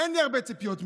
אין לי הרבה ציפיות ממנה,